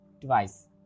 twice